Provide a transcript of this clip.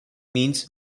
means